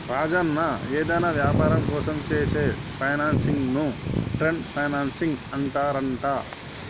రాజన్న ఏదైనా వ్యాపారం కోసం చేసే ఫైనాన్సింగ్ ను ట్రేడ్ ఫైనాన్సింగ్ అంటారంట